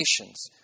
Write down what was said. nations